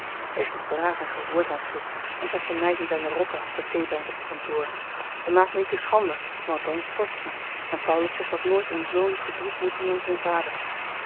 wees toch braaf en gehoorzaam frits en trek de meid niet aan de rokken als ze thee brengt op t kantoor en maak me niet te schande want dan stort ze en paulus zegt dat nooit een zoon verdriet moet doen aan zyn vader